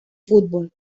fútbol